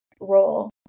role